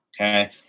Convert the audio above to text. okay